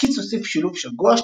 קיטס הוסיף שילוב של גואש,